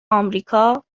آمریکا